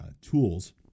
tools